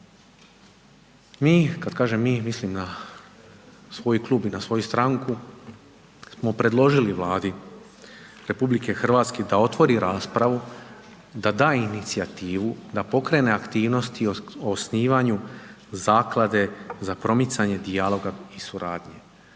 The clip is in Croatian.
Mi, kad kažem mi, mislim na svoj klub i na svoju stranku, smo predložili Vladi RH da otvori raspravu, da da inicijativu da pokrene aktivnosti o osnivanju zaklade za promicanje dijaloga i suradnje.